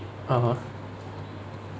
(uh huh)